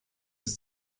des